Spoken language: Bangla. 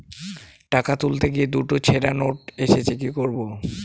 টাকা তুলতে গিয়ে দুটো ছেড়া নোট এসেছে কি করবো?